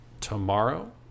tomorrow